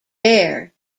bear